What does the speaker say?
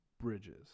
Bridges